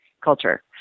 culture